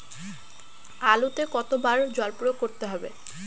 আলুতে কতো বার জল প্রয়োগ করতে হবে?